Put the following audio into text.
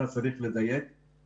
צריך לדייק על דבר אחד.